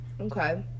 okay